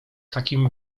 takim